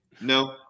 No